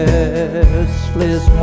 Restless